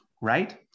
right